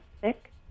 thick